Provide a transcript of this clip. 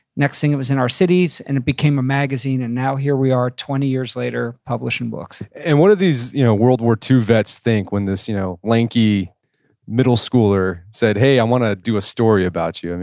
next thing it was in our cities and it became a magazine. and now here we are twenty years later publishing books and what did these you know world war ii vets think when this you know lanky middle schooler said, hey i wanna do a story about you? and